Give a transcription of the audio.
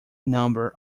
number